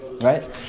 Right